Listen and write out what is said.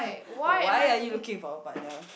why are you looking for a partner